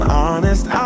honest